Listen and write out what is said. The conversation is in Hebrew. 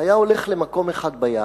היה הולך למקום אחד ביער,